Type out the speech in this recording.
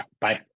Bye